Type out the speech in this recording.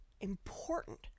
important